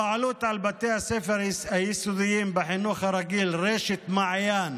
הבעלות על בתי הספר היסודיים בחינוך הרגיל רשת מעיין